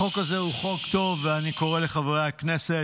החוק הזה הוא חוק טוב, ואני קורא לחברי הכנסת